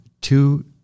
two